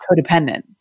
codependent